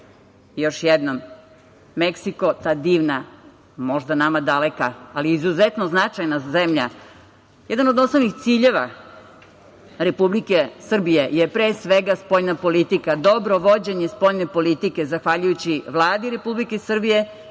Još jednom Meksiko ta divna, možda nama daleka, ali izuzetno značajna zemlja. Jedan od osnovnih ciljeva Republike Srbije je pre svega spoljna politika, dobro vođenje spoljne politike zahvaljujući Vladi Republike Srbije